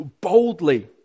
boldly